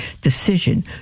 decision